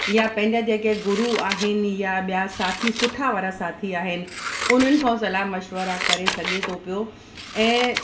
या पंहिंजा जेके गुरू आहिनि या ॿियां साथी सुठा वारा साथी आहिनि उन्हनि खां सलाह मशवरा करे सघे थो पियो ऐं